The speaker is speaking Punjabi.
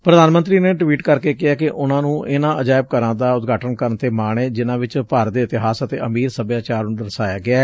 ਪ੍ਧਾਨ ਮੰਤਰੀ ਨੇ ਟਵੀਟ ਕਰਕੇ ਕਿਹੈ ਕਿ ਉਨ੍ਹਾਂ ਨੂੰ ਇਨ੍ਹਾਂ ਅਜਾਇਬ ਘਰ ਦਾ ਉਦਘਾਟਨ ਕਰਨ ਤੇ ਮਾਣ ਏ ਜਿਨਾਂ ਵਿਚ ਭਾਰਤ ਦੇ ਇਤਿਹਾਸ ਅਤੇ ਅਮੀਰ ਸਭਿਆਚਾਰ ਨੂੰ ਦਰਸਾਇਆ ਗਿਐ